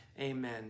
Amen